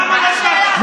למה לא הצבעת?